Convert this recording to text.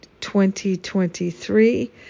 2023